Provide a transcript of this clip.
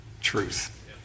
truth